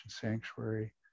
sanctuary